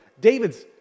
David's